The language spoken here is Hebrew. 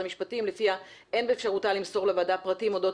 המשפטים לפיה אין באפשרותה למסור לוועדה פרטים אודות